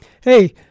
hey